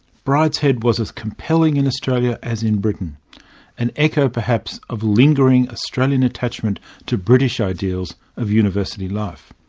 brideshead was as compelling in australia as in britain an echo perhaps of lingering australian attachment to british ideals of university life.